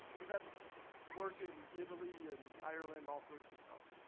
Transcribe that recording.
we've had work in italy and ireland, all sorts of stuff.